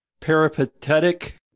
peripatetic